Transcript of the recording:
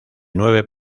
nueve